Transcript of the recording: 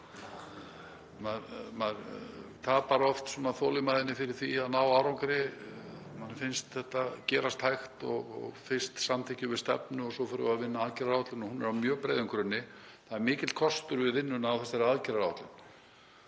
maður tapar oft þolinmæðinni fyrir því að ná árangri. Manni finnst þetta gerast hægt. Fyrst samþykkjum við stefnu og svo förum við að vinna að aðgerðaáætlun og hún er á mjög breiðum grunni. Það er mikill kostur við vinnuna við þessa aðgerðaáætlun.